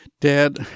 Dad